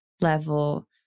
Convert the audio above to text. level